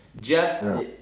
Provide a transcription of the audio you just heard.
Jeff